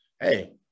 hey